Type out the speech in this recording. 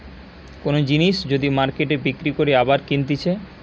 কোন জিনিস যদি মার্কেটে বিক্রি করে আবার কিনতেছে